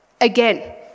Again